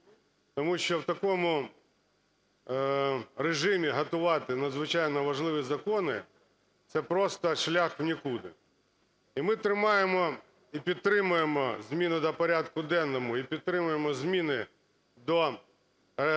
Тому що в такому режимі готувати надзвичайно важливі закони – це просто шлях в нікуди. І ми тримаємо… і підтримуємо зміни до порядку денного, і підтримуємо зміни до бюджету